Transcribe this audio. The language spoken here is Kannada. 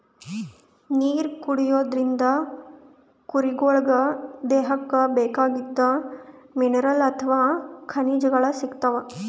ನೀರ್ ಕುಡಿಯೋದ್ರಿಂದ್ ಕುರಿಗೊಳಿಗ್ ದೇಹಕ್ಕ್ ಬೇಕಾಗಿದ್ದ್ ಮಿನರಲ್ಸ್ ಅಥವಾ ಖನಿಜಗಳ್ ಸಿಗ್ತವ್